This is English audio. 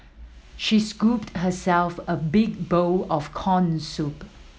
she scooped herself a big bowl of corn soup